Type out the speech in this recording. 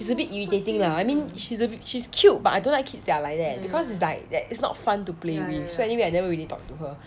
it's a bit irritating lah I mean she's a she's cute but I don't like kids that are like that because is like that is not fun to play with so anyway I never really talked to her